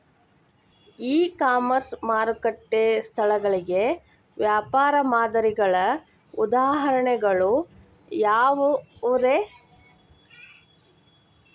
E commerce ಮಾರುಕಟ್ಟೆ ಸ್ಥಳಗಳಿಗೆ ವ್ಯಾಪಾರ ಮಾದರಿಗಳ ಉದಾಹರಣೆಗಳು ಯಾವವುರೇ?